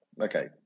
Okay